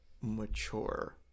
mature